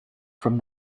from